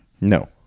No